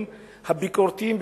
הדברים הביקורתיים,